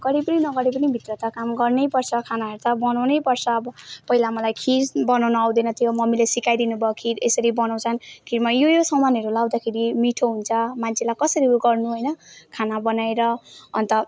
गरे पनि नगरे पनि भित्रका काम गर्नैपर्छ खाना त बनाउनैपर्छ अब पहिला मलाई खिर बनाउन आउँदैन थियो मम्मीले सिकाइदिनु भयो खिर यसरी बनाउँछन् खिरमा यो यो सामानहरू लाउँदाखेरि मिठो हुन्छ मान्छेलाई कसरी उ गर्नु होइन खाना बनाएर अन्त